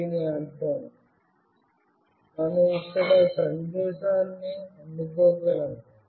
దీని అర్థం మనం ఇక్కడ సందేశాన్ని అందుకోగలుగుతాము